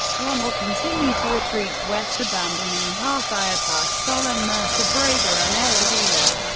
rommel continued to retreat west, abandoning halfaya pass, sollum, mersa brega and el agheila.